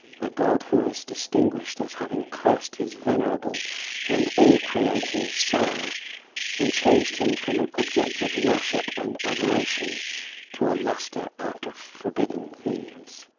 the god who is distinguished as having cursed his venerable and all-creating sire and changed him from an object of worship and adoration to a luster after forbidden things.